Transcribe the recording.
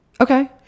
Okay